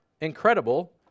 incredible